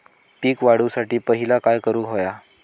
पीक वाढवुसाठी पहिला काय करूक हव्या?